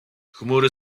chmury